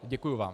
Děkuju vám.